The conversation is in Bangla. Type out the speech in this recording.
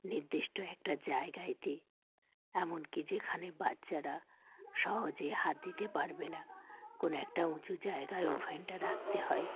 নির্দিষ্ট একটা জায়গাতে এমন কি যেখানে বাচ্চারা সহজেই হাত দিতে পারবে না কোনো একটা উঁচু জায়গায় ওভেনটা রাখতে হয়